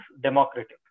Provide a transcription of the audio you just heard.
democratic